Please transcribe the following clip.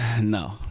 No